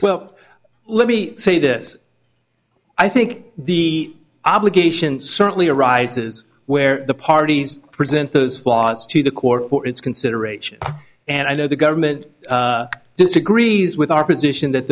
well let me say this i think the obligation certainly arises where the parties present those flaws to the court or its consideration and i know the government disagrees with our position that